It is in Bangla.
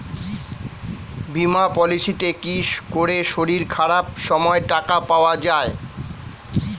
বীমা পলিসিতে কি করে শরীর খারাপ সময় টাকা পাওয়া যায়?